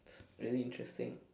very interesting